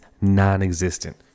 non-existent